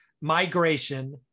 Migration